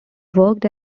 worked